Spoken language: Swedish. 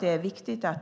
Det är viktigt att